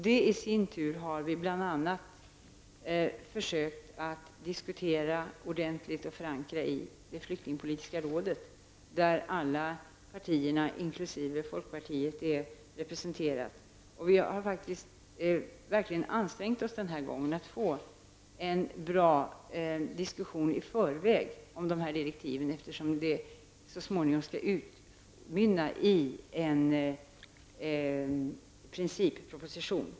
Det i sin tur har vi försökt att diskutera ordentligt och förankra i det flyktingpolitiska rådet, där alla partier inkl. folkpartiet är representerade. Vi har faktiskt verkligen ansträngt oss den här gången för att få en bra diskussion i förväg om dessa direktiv, eftersom detta så småningom skall utmynna i en principproposition.